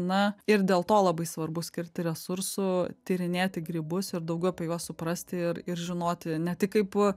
na ir dėl to labai svarbu skirti resursų tyrinėti grybus ir daugiau apie juos suprasti ir ir žinoti ne tik kaip